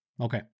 Okay